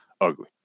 ugly